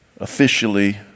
officially